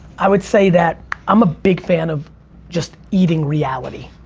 i would say that i'm a big fan of just eating reality.